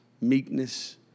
meekness